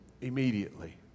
Immediately